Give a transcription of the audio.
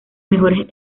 mejores